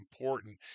important